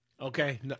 Okay